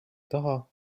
taha